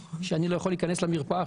מזה שאני לא יכול להיכנס למרפאה.